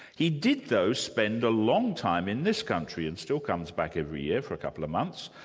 he did though, spend a long time in this country and still comes back every year for a couple of months,